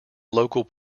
local